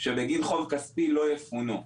שבגין חוב כספי לא יפונו.